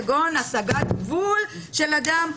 כגון השגת גבול של אדם,